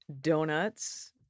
donuts